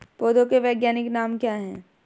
पौधों के वैज्ञानिक नाम क्या हैं?